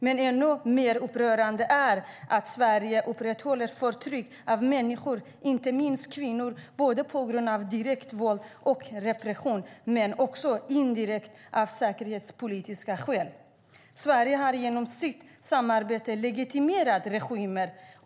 Men ännu mer upprörande är att Sverige upprätthåller förtrycket av människor, inte minst kvinnor, på grund av både direkt våld och repression och indirekt av säkerhetspolitiska skäl. Sverige har genom sitt samarbete legitimerat regimer.